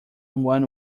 one